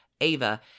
Ava